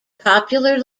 popular